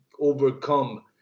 overcome